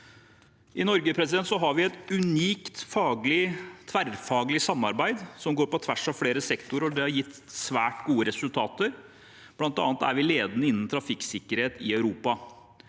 I Norge har vi et unikt tverrfaglig samarbeid som går på tvers av flere sektorer, og det har gitt svært gode resultater. Blant annet er vi ledende innen trafikksikkerhet i Europa.